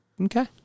Okay